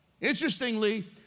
Interestingly